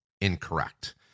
incorrect